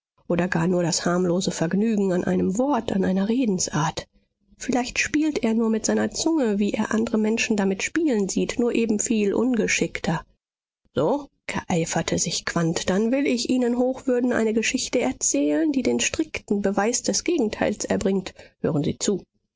oder gar nur das harmlose vergnügen an einem wort an einer redensart vielleicht spielt er nur mit seiner zunge wie er andre menschen damit spielen sieht nur eben viel ungeschickter so ereiferte sich quandt dann will ich ihnen hochwürden eine geschichte erzählen die den strikten beweis des gegenteils erbringt hören sie zu